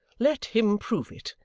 let him prove it,